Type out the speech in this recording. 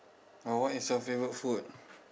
oh what is your favorite food